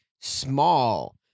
small